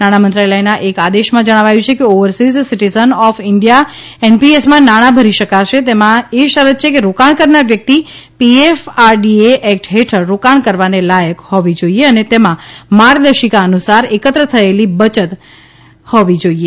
નાણામંત્રાલયના એક આદેશમાં જણાવાયુ છે કે ઓવરસિસ સિટીજન ઑફ ઇન્ડિયા એનપીએસમાં નાણા ભરી શકશે તેમાં એ શરત છે કે રોકાણ કરનાર વ્યકિત પીએફઆરડીએ એક્ટ હેઠળ રોકાણ કરવાને લાયક હોવી જોઇએ અને તેમા માર્ગદર્શિકા અનુસાર એકત્ર થયેલી બચત પ્રત્યાવર્તનસમ હોવી જોઇએ